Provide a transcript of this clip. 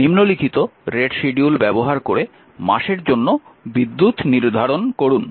নিম্নলিখিত rate schedule ব্যবহার করে মাসের জন্য বিদ্যুৎ নির্ধারণ করুন